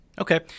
Okay